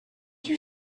you